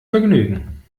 vergnügen